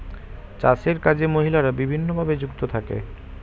চাষের কাজে মহিলারা বিভিন্নভাবে যুক্ত থাকে